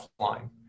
offline